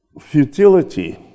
futility